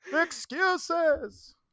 excuses